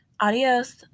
adios